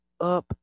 up